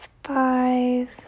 Five